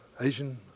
Asian